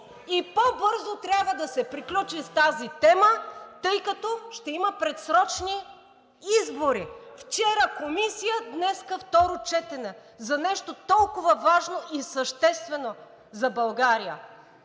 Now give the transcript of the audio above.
и по бързо трябва да се приключи с тази тема, тъй като ще има предсрочни избори. Вчера Комисия, днес второ четене за нещо толкова важно и съществено за България.